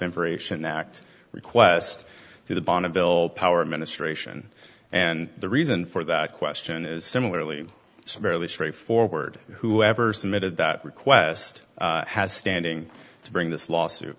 information act request to the bonneville power administration and the reason for that question is similarly sparely straightforward whoever submitted that request has standing to bring this lawsuit